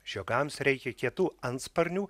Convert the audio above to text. žiogams reikia kietų antsparnių